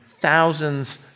thousands